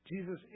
Jesus